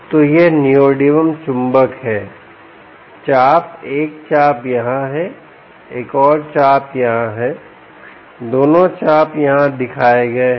तो यह नियोडिमियम चुंबक है चाप एक चाप यहाँ है एक और चाप यहाँ है दोनों चाप यहां दिखाए गए हैं